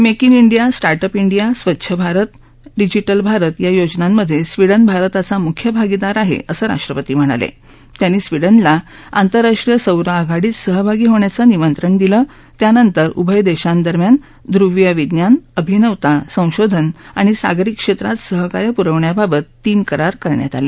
make in India start up India स्वच्छ Bharat digital Bharat या योजनांमध्ये स्वीडन भारताचा मुख्य भागीदार आहे असं राष्ट्रपती म्हणाले त्यांनी स्विडनला आंतराष्ट्रीय सौर आघाडीत सहभागी होण्याचं निमंत्रण दिलं त्यानंतर उभय देशांदरम्यान ध्रवीय विज्ञान अभिनवता संशोधन आणि सागरी क्षेत्रात सहकार्य प्रवण्याबाबत तीन करार करण्यात आले